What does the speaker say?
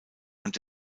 und